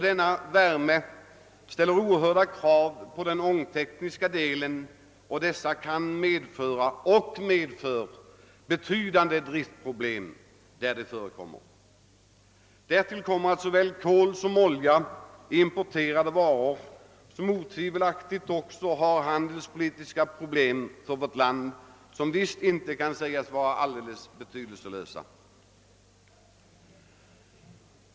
Denna värme ställer oerhörda krav på den ångt kniska delen, och dessa krav kan medföra och medför betydande driftproblem där denna driftform förekommer. Därtill kommer att såväl kol som olja är importerade varor som otvivelaktigt också medför handelspolitiska problem för vårt land, vilka visst inte kan sägas vara alldeles betydelselösa.